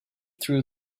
through